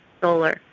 solar